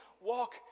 walk